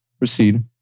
proceed